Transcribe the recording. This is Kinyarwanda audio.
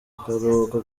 akaruhuko